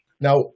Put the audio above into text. now